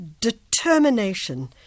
determination